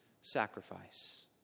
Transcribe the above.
sacrifice